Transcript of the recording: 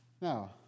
Now